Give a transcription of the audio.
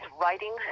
writing